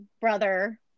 brother